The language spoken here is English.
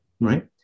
Right